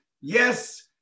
yes